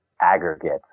aggregates